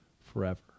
forever